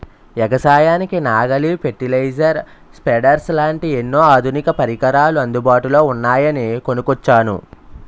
ఎగసాయానికి నాగలి, fertiliser, spreaders లాంటి ఎన్నో ఆధునిక పరికరాలు అందుబాటులో ఉన్నాయని కొనుక్కొచ్చాను